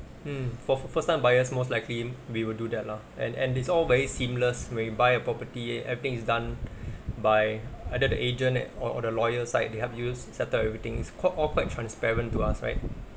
mm for f~ first time buyers most likely we will do that lah and and it's all very seamless when you buy a property everything is done by either the agent or or the lawyer side they have used settled everything is quite all quite transparent to us right